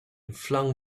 flung